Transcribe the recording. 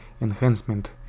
enhancement